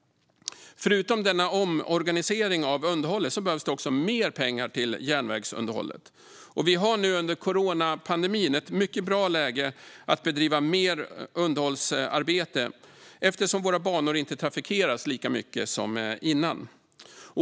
Förutom denna omorganisering av underhållet behövs också mer pengar till järnvägsunderhållet. Vi har nu under coronapandemin ett mycket bra läge att bedriva mer underhållsarbete eftersom våra banor inte trafikeras lika mycket som innan.